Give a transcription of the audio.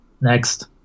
next